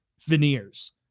veneers